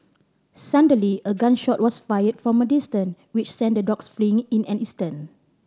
suddenly a gun shot was fired from a distance which sent the dogs fleeing in an instant